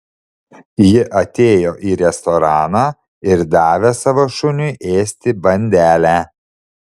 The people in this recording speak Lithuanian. ji atėjo į restoraną ir davė savo šuniui ėsti bandelę